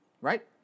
Right